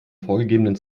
vorgegebenen